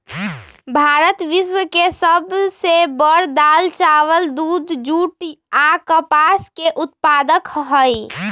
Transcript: भारत विश्व के सब से बड़ दाल, चावल, दूध, जुट आ कपास के उत्पादक हई